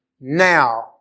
now